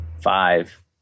five